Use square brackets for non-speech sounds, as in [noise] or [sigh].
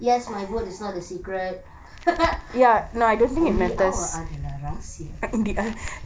yes my vote is not a secret [laughs] undi awak adalah rahsia